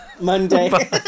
Monday